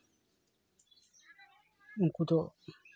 ᱩᱱᱠᱩ ᱫᱚ